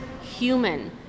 human